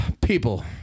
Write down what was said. people